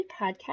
Podcast